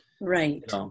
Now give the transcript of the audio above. Right